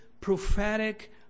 prophetic